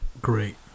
great